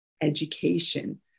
education